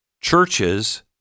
churches